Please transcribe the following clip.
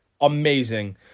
amazing